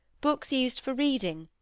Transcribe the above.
books used for reading,